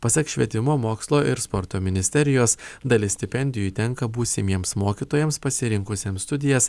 pasak švietimo mokslo ir sporto ministerijos dalis stipendijų tenka būsimiems mokytojams pasirinkusiems studijas